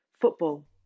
football